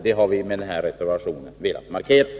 Det har vi velat markera med denna reservation.